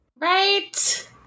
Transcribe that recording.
Right